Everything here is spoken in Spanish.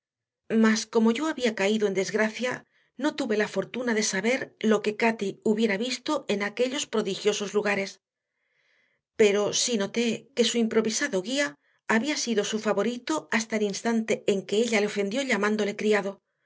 mas como yo había caído en desgracia no tuve la fortuna de saber lo que cati hubiera visto en aquellos prodigiosos lugares pero sí noté que su improvisado guía había sido su favorito hasta el instante en que ella le ofendió llamándole criado